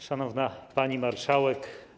Szanowna Pani Marszałek!